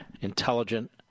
intelligent